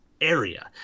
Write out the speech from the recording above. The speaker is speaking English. area